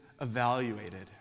evaluated